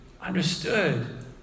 understood